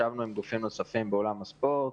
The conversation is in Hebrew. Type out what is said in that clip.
ישבנו עם גופים נוספים באולם הספורט,